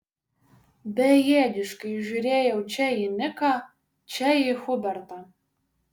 bejėgiškai žiūrėjau čia į niką čia į hubertą